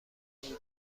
وجود